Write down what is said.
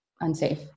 unsafe